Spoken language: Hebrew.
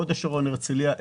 הוד השרון והרצליה,